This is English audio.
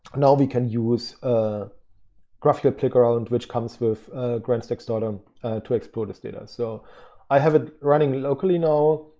now we can use a graph ql playground which comes with the grandstack's data to explore this data. so i have it running locally now,